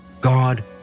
God